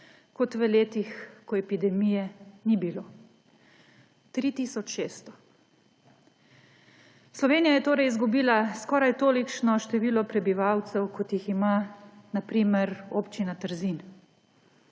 kot v letih, ko epidemije ni bilo. 3 tisoč 600. Slovenija je torej izgubila skoraj tolikšno število prebivalcev, kot jih ima na primer Občina Trzin.